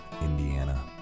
Indiana